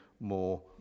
more